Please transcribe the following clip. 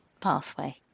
pathway